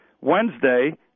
Wednesday